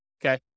okay